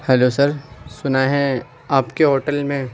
hello sir سنا ہے آپ کے ہوٹل میں